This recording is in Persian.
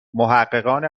محققان